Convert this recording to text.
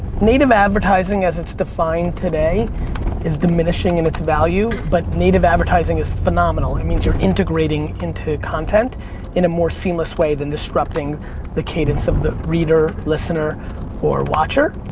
native advertising as it's defined today is diminishing in it's value but native advertising is phenomenal. it's means you're integrating into content in a more seamless way than disrupting the cadence of the reader, listener or watcher.